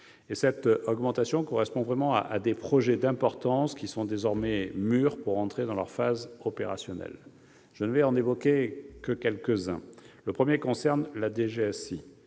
Cette augmentation correspond à des projets d'importance, qui sont désormais mûrs pour entrer dans leur phase opérationnelle. Je n'en évoquerai que quelques-uns. Le premier concerne la